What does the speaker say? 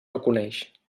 reconeix